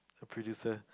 a producer